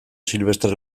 silvestre